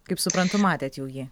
kaip suprantu matėt jau jį